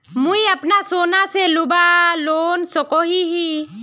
मुई अपना सोना से लोन लुबा सकोहो ही?